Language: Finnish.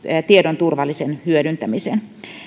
tiedon turvallisen hyödyntämisen